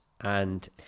and-